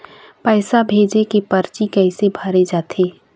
पैसा भेजे के परची कैसे भरे जाथे?